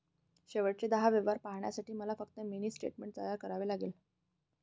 शेवटचे दहा व्यवहार पाहण्यासाठी मला फक्त मिनी स्टेटमेंट तयार करावे लागेल